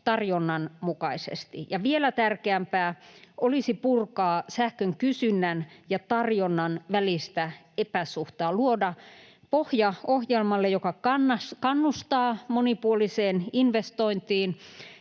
tarjonnan mukaisesti. Ja vielä tärkeämpää olisi purkaa sähkön kysynnän ja tarjonnan välistä epäsuhtaa, luoda pohja ohjelmalle, joka kannustaa monipuoliseen investointiin